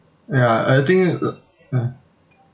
ya I I think uh ya